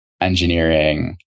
engineering